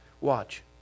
Watch